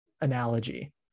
analogy